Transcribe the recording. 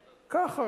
ככה,